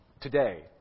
today